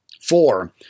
Four